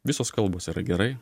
visos kalbos yra gerai